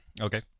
Okay